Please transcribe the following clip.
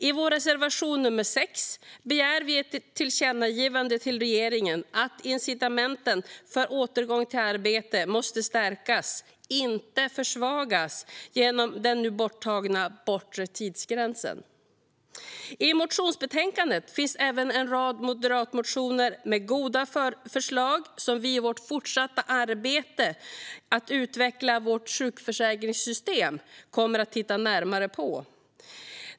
I vår reservation nr 6 begär vi ett tillkännagivande till regeringen om att incitamenten för återgång till arbete ska stärkas, inte försvagas som genom borttagandet av den bortre tidsgränsen. I motionsbetänkandet finns även en rad moderatmotioner med goda förslag som vi i vårt fortsatta arbete att utveckla vårt sjukförsäkringssystem kommer att titta närmare på.